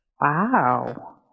Wow